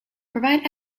provide